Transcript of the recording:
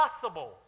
possible